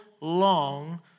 long